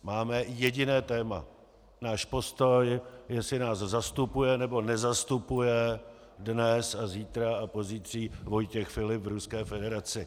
Máme jediné téma: náš postoj, jestli nás zastupuje, nebo nezastupuje dnes, zítra a pozítří Vojtěch Filip v Ruské federaci.